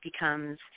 becomes